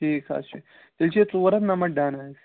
ٹھیٖک حظ چھُ تیٚلہِ چھِ یہِ ژور ہَتھ نَمَتھ ڈَن حظ